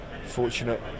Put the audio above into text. fortunate